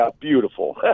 beautiful